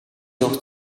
явах